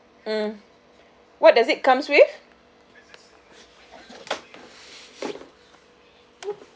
mm what does it comes with